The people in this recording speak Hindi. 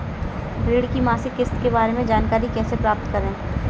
ऋण की मासिक किस्त के बारे में जानकारी कैसे प्राप्त करें?